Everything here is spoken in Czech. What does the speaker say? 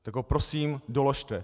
Tak ho prosím doložte.